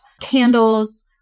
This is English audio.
candles